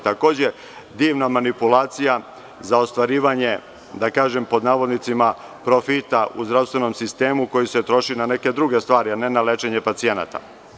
To je divna manipulacija za ostvarivanje, pod navodnicima, profita u zdravstvenom sistemu, koji se troši na neke druge stvari, a ne na lečenje pacijenata.